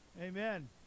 Amen